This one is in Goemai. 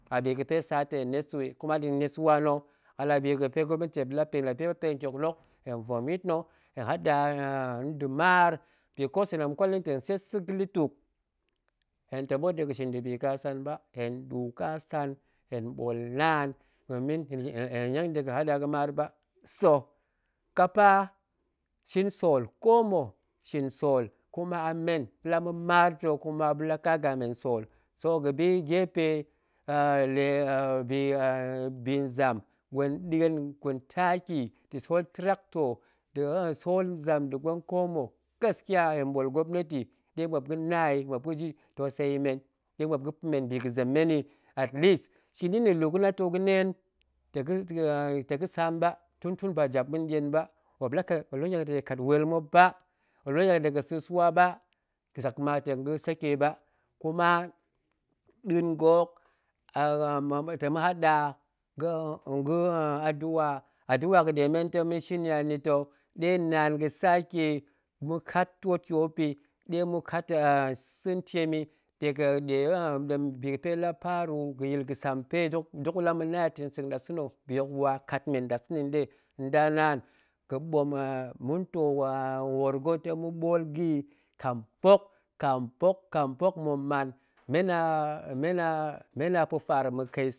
Abiga̱pe sa taa̱ hen nesu yi, kuma nɗa̱a̱n nesuwa nna̱, a la bi ga̱pe gwopneti muop ɗe la pa̱ hen yi, muop la pa̱ ten tyoklok hen voom yit na̱, hen haɗa nda̱ maar, because hen la kwal hen yi tong tseet sa̱ ga̱ lutuk hen ta̱ ɓoot ga̱shin nda̱bin mmuk kasan ba, hen ɗu kasan, hen ɓoolnaan, domin la niang dega haɗa ba, sa̱, kopa, shin sool ko mma̱ shin sool, kuma a men ma̱nɗe la ma̱ maar ta̱, kuma muop la kaga mmen sool so ga̱bi gepe bi nzam gwen gen gwen taki nda̱ sool tiractor nda̱ sool nzam nda̱ nda̱ ko mma̱ gaskiya hen ɓool gwopneti ɗe muop ga̱nayi, muop ga̱ji toseyi men, ɗe moop ga̱pa̱ men biga̱ zem menyi atles shini nna̱ la ga̱ la too ga̱nee ta̱ ga̱ ta̱ga̱ saam ba, tun tun jap ma̱nɗien ba, muop laniang de ga̱kat weel muop ba, muop la ga̱niak dega̱ sa̱ swa ba, ga̱ zak ma ta̱ ga̱ tsake ba, kuma nda̱a̱n ga̱ ɦok, ta̱ ma̱ haɗa ga̱ adu'a, adu'a ga̱ɗe men ta̱ ma̱ shin yi anita̱ ɗe naan ga̱ saka ma̱kat twoot tyop yi, ɗema̱ kat sa̱ntiem yi, dega̱ ɗe ɗem bi ga̱pe la paru ga̱yil ga̱ sampe dok de la ma̱na yi ta̱ nseng nɗasa̱na̱, bi hok wa kat men nɗasa̱na̱ nɗe nda naan ga̱pɓom ma̱ntoo nwoor ga̱dong ma̱ ɓool ga̱ yi kambok, kambok, kambok ma̱ man men a men a pa̱faar ma̱kai